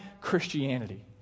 Christianity